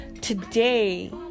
today